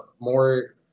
more